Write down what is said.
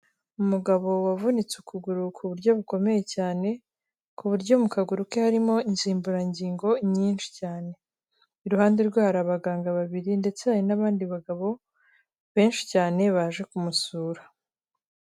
Umugabo wavunitse ukuguru k'uburyo bukomeye cyane ku buryo mu kaguru ke harimo insimburangingo nyinshi cyane, iruhande rwe hari abaganga babiri ndetse hari n'abandi bagabo benshi cyane baje kumusura.